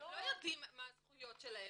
הם לא יודעים מה הזכויות שלהם.